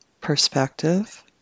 perspective